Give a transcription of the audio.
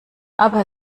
aber